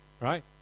Right